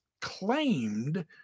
claimed